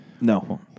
No